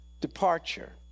departure